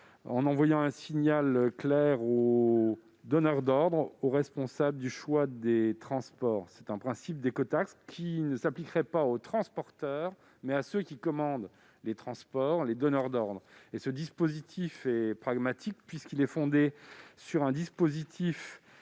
en envoyant un signal clair aux donneurs d'ordre, c'est-à-dire aux responsables du choix des transports. Autrement dit, c'est un principe d'écotaxe qui s'appliquerait non pas aux transporteurs, mais à ceux qui commandent les transports, les donneurs d'ordre. Ce dispositif est pragmatique, puisqu'il est fondé sur un dispositif